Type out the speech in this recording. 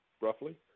roughly